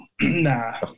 Nah